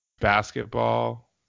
basketball